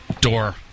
Door